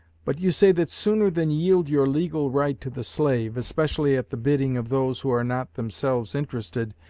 but you say that sooner than yield your legal right to the slave, especially at the bidding of those who are not themselves interested,